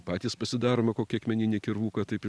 patys pasidarome kokį akmeninį kirvuką taip